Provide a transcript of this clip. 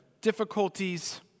difficulties